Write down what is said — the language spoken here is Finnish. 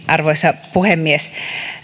arvoisa puhemies